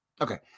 Okay